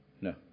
No